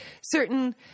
certain